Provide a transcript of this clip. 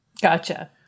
Gotcha